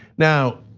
now,